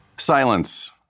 Silence